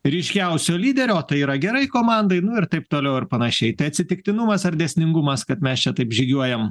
ryškiausio lyderio o tai yra gerai komandai nu ir taip toliau ir panašiai tai atsitiktinumas ar dėsningumas kad mes čia taip žygiuojam